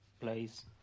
place